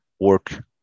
work